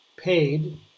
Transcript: paid